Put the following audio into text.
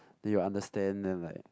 then you will understand then I'm like